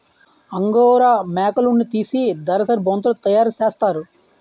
angora మేకలున్నితీసి దలసరి బొంతలు తయారసేస్తారు